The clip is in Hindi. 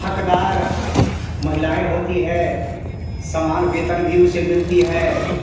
हकदार महिलाएँ होती है समान वेतन भी उसे मिलती है